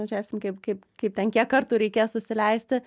žėsim kaip kaip kaip ten kiek kartų reikės susileisti